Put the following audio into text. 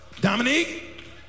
Dominique